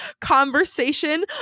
conversation